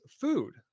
food